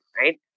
right